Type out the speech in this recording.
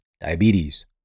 diabetes